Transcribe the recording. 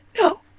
no